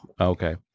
Okay